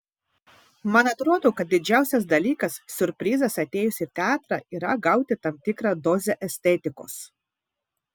man atrodo kad didžiausias dalykas siurprizas atėjus į teatrą yra gauti tam tikrą dozę estetikos